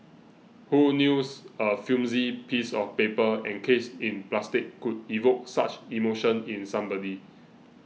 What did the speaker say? who knews a flimsy piece of paper encased in plastic could evoke such emotion in somebody